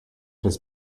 his